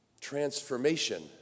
transformation